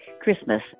Christmas